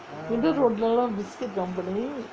middle road லே தான்:lae thaan biscuit company